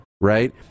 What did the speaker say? right